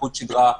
חוט שדרה,